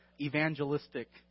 evangelistic